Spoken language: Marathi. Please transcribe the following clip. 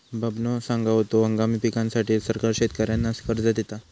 बबनो सांगा होतो, हंगामी पिकांसाठी सरकार शेतकऱ्यांना कर्ज देता